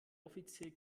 offiziell